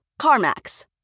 CarMax